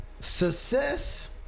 success